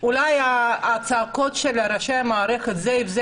אולי הצעקות של ראשי המערכת זה עם זה